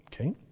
Okay